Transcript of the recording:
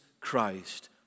Christ